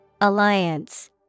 Alliance